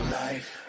life